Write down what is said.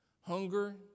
Hunger